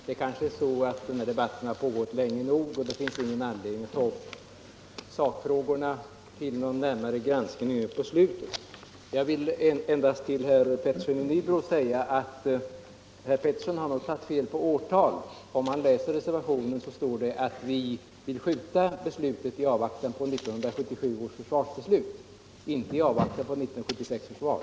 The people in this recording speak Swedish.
Herr talman! Debatten har kanske pågått länge nog, och det finns ingen anledning att nu på slutet ta upp sakfrågorna till närmare granskning. Jag vill endast säga att herr Petersson i Nybro nog har tagit fel på årtal. I reservationen står att vi vill skjuta på beslutet i avvaktan på 1977 års försvarsbeslut, inte i avvaktan på 1976 års val.